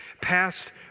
past